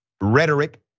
Rhetoric